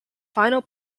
final